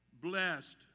blessed